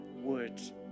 words